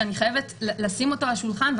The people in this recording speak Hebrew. שאני חייבת לשים אותו על השולחן,